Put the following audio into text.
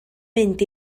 mynd